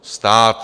Stát.